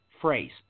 phrase